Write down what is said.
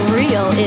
real